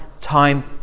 time